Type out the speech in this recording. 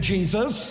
Jesus